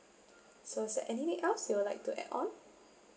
so sir anything else you would like to add on